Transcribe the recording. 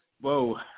Whoa